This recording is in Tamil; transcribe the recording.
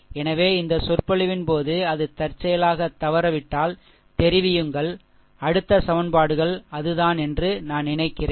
எனவே இந்த சொற்பொழிவின் போது அது தற்செயலாக தவறவிட்டால் தெரிவியுங்கள் அடுத்த சமன்பாடுகள் அதுதான் என்று நான் நினைக்கிறேன்